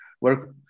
work